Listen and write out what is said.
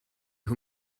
who